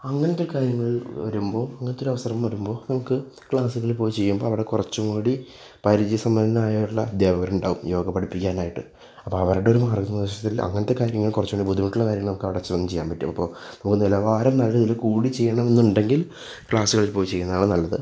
അങ്ങനെത്തെ കാര്യങ്ങൾ വരുമ്പോൾ അങ്ങനെത്തെ ഒരവസരം വരുമ്പോൾ നമുക്ക് ക്ലാസ്സിൽ പോയി ചെയ്യാം അപ്പം അവിടെ കുറച്ച്കൂടി പരിചയ സമ്പന്നനായുള്ള അദ്ധ്യാപകരുണ്ടാവും യോഗ പഠിപ്പിക്കാനായിട്ട് അപ്പം അവരുടെ ഒരു മാർഗ്ഗനിർദേശത്തിൽ അങ്ങനെത്തെ കാര്യങ്ങൾ കുറച്ചുകൂടി ബുദ്ധിമുട്ടുള്ള കാര്യങ്ങൾ നമുക്ക് അവിടെ ചെന്ന് ചെയ്യാൻ പറ്റും അപ്പം നിലവാരം നല്ല രീതിയിൽ കൂടി ചെയ്യണമെന്നുണ്ടെങ്കിൽ ക്ലാസ്സുകളിൽ പോയി ചെയ്യുന്നതാണ് നല്ലത്